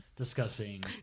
discussing